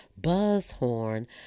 Buzzhorn